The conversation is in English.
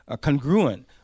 congruent